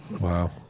Wow